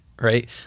right